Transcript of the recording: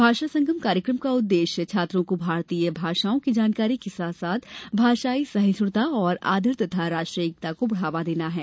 भाषा संगम कार्यक्रम का उद्देश्य छात्रों को भारतीय भाषाओं की जानकारी के साथ साथ भाषायी सहिष्णुता और आदर तथा राष्ट्रीय एकता को बढ़ावा देना है